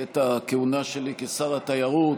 בעת הכהונה שלי כשר התיירות